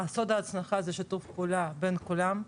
סוד ההצלחה זה שיתוף פעולה בין כולם.